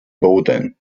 boden